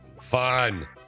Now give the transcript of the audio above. Fun